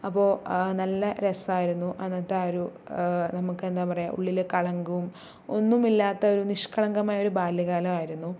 അപ്പോൾ നല്ല രസമായിരുന്നു അന്നത്തെ ആ ഒരു നമുക്ക് എന്താ പറയുക ഉള്ളിൽ കളങ്കവും ഒന്നുമില്ലാത്ത ഒരു നിഷ്കളങ്കമായ ഒരു ബാല്യകാലമായിരുന്നു